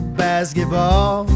basketball